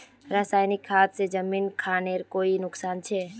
रासायनिक खाद से जमीन खानेर कोई नुकसान छे?